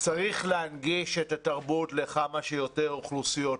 צריך להנגיש את התרבות לכמה שיותר אוכלוסיות,